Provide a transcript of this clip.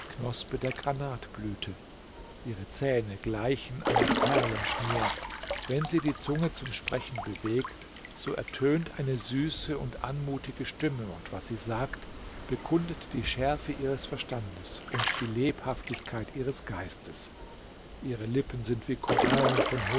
knospe der granatblüte ihre zähne gleichen einer perlenschnur wenn sie die zunge zum sprechen bewegt so ertönt eine süße und anmutige stimme und was sie sagt bekundet die schärfe ihres verstandes und die lebhaftigkeit ihres geistes ihre lippen sind wie korallen von